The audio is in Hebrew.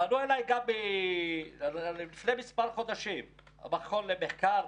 פנו אליי לפני מספר חודשים מכון למחקר,